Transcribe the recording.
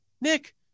Nick